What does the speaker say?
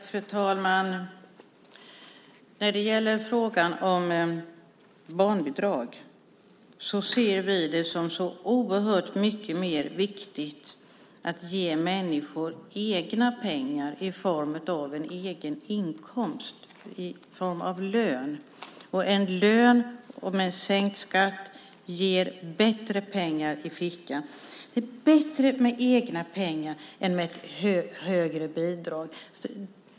Fru talman! När det gäller frågan om barnbidrag ser vi det som oerhört mer viktigt att ge människor egna pengar i form av en egen inkomst i form av lön. En lön med sänkt skatt ger bättre pengar i fickan. Det är bättre med egna pengar än med ett högre bidrag.